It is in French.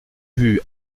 vue